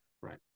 Right